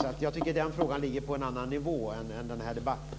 Därför tycker jag att den frågan ligger på en annan nivå än den här debatten.